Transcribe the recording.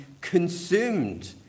consumed